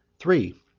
three.